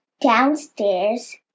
Downstairs